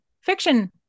fiction